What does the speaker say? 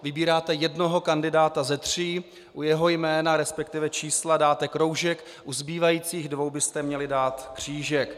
Vybíráte jednoho kandidáta ze tří, u jeho jména, resp. čísla, dáte kroužek, u zbývajících dvou byste měli dát křížek.